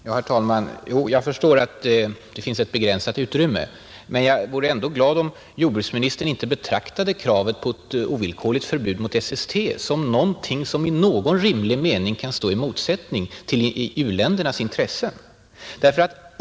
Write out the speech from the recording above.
Herr talman! Jag förstår att det finns ett begränsat utrymme för FN-konferensen. Men jag vore ändå glad om jordbruksministern inte betraktade kravet på ett ovillkorligt förbud mot SST som någonting som kan stå i motsättning till u-ländernas intressen.